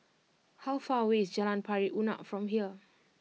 how far away is Jalan Pari Unak from here